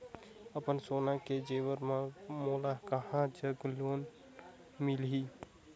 अपन सोना के जेवर पर मोला कहां जग लोन मिलही?